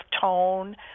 tone